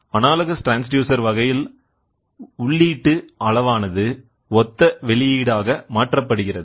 analogous transducer வகையில் உள்ளீட்டு அளவானது ஒத்த வெளியீடாக மாற்றப்படுகிறது